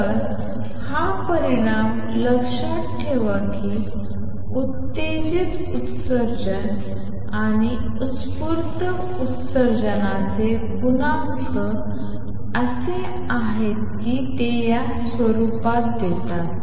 तर हा परिणाम लक्षात ठेवा की उत्तेजित उत्सर्जन आणि उत्स्फूर्त उत्सर्जनाचे गुणांक असे आहेत की ते या स्वरूपात uT देतात